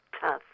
tough